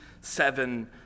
seven